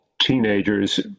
teenagers